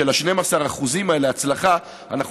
של 12% אחוזי ההצלחה האלה,